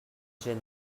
gin